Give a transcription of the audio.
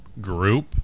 group